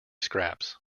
scraps